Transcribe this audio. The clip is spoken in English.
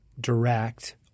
direct